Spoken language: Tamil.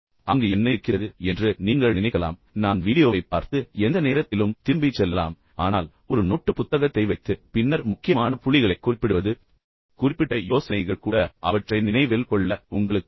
அங்கு என்ன இருக்கிறது என்று நீங்கள் நினைக்கலாம் நான் வீடியோவைப் பார்த்து பின்னர் எந்த நேரத்திலும் திரும்பிச் செல்லலாம் ஆனால் ஒரு நோட்டுப் புத்தகத்தை வைத்து பின்னர் முக்கியமான புள்ளிகளைக் குறிப்பிடுவது சில வார்த்தைகள் கூட குறிப்பிட்ட யோசனைகள் கூட அவற்றை நினைவில் கொள்ள உங்களுக்கு உதவும்